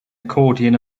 accordion